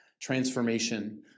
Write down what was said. transformation